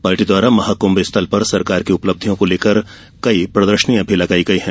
party द्वारा महाकुंभ स्थल पर सरकार की उपलब्धियों को लेकर कई प्रदर्शनियां लगाई गई हैं